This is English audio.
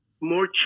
more